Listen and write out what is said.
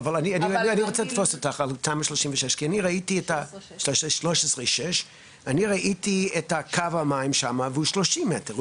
אני ראיתי את תמ"א 6/13 את קו המים שם והוא 30 מטר,